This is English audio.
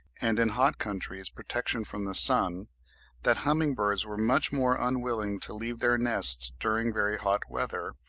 and in hot countries protection from the sun that humming-birds were much more unwilling to leave their nests during very hot weather,